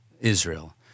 Israel